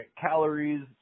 calories